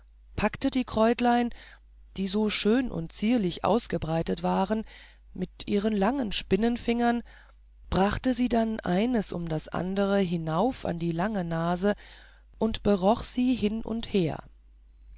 packte die kräutlein die so schön und zierlich ausgebreitet waren mit ihren langen spinnenfingern brachte sie dann eines um das andere hinauf an die lange nase und beroch sie hin und her